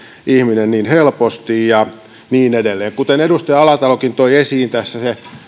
ajokorttia niin helposti ja niin edelleen kuten edustaja alatalokin toi esiin tässä